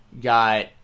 Got